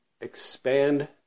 expand